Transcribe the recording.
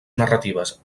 narratives